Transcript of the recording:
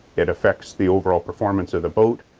it affects the overall performance of the boat,